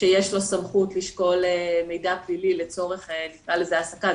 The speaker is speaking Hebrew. שיש לו סמכות לשקול מידע פלילי לצורך העסקה.